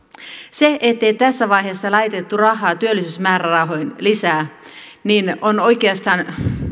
se ettei tässä vaiheessa laitettu rahaa työllisyysmäärärahoihin lisää on oikeastaan